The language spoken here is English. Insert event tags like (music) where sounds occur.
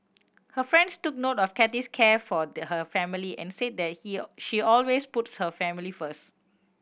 her friends took note of Kathy's care for (unintelligible) her family and said that he she always puts her family first